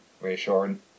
reassuring